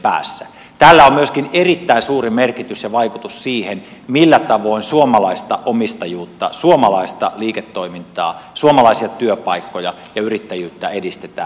tällä on myöskin erittäin suuri merkitys ja vaikutus siihen millä tavoin suomalaista omistajuutta suomalaista liiketoimintaa suomalaisia työpaikkoja ja yrittäjyyttä edistetään